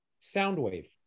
Soundwave